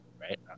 Right